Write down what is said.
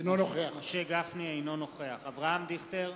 אינו נוכח אברהם דיכטר,